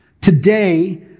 Today